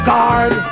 Guard